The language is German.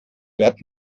bert